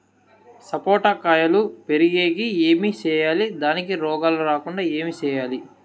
సపోట కాయలు పెరిగేకి ఏమి సేయాలి దానికి రోగాలు రాకుండా ఏమి సేయాలి?